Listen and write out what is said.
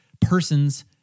person's